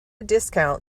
discount